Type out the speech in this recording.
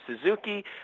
Suzuki